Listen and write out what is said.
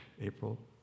April